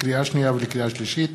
לקריאה שנייה ולקריאה שלישית: